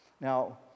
Now